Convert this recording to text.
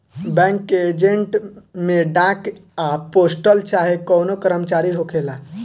bank के agent में डाक या पोस्टल चाहे कवनो कर्मचारी होखेला